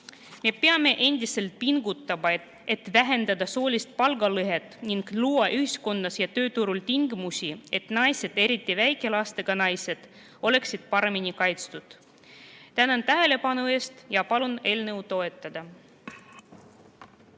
Me peame endiselt pingutama, et vähendada soolist palgalõhet ning luua ühiskonnas ja tööturul tingimused, et naised, eriti väikelastega naised, oleksid paremini kaitstud. Tänan tähelepanu eest ja palun eelnõu toetada!